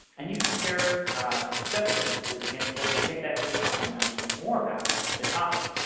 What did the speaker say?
and you can compare several different keywords against each other to get that search volume and understand more about the topic.